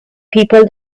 people